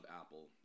apple